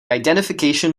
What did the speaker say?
identification